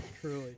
Truly